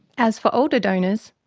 as for older donors,